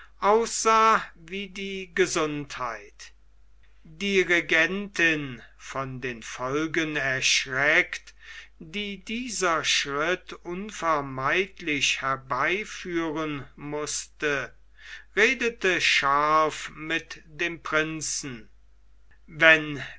aussah wie die gesundheit die regentin von den folgen erschreckt die dieser schritt unvermeidlich herbeiführen mußte redete scharf mit dem prinzen wenn